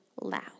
loud